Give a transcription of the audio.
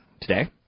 today